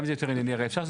גם זה יותר, אפשר,